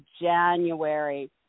January